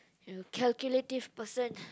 you calculative person